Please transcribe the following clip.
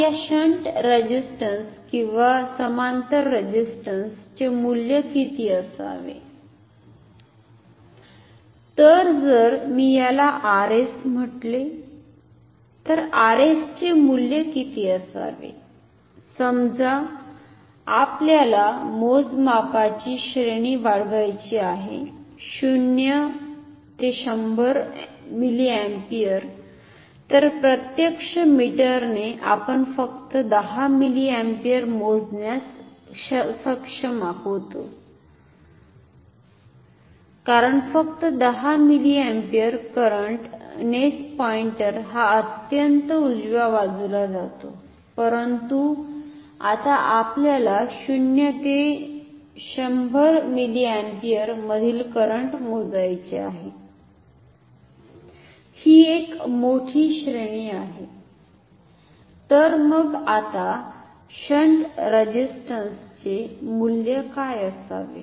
आता या shunt resistance किंवा समांतर रेझिस्टन्स चे मुल्य किती असावे तर जर मी याला Rs म्हटले तर RS चे मुल्य किती असावे समजा आपल्याला मोजमापाची श्रेणी वाढवायची आहे 0 ते 100 मिलीअँपिअर तर प्रत्यक्ष मीटर ने आपण फक्त 10 मिलीअँपिअर मोजण्यास सक्षम होतो कारण फक्त 10 मिलीअँपिअर करंट नेच पॉईंटर हा अत्यंत उजव्या बाजूला जातो परंतु आता आपल्याला 0 ते 100 मिलीअँपिअर मधील करंट मोजायचे आहे ही एक मोठी श्रेणी आहे तर मग आता शंट रेझिस्टन्स चे मुल्य काय असावे